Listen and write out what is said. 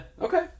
Okay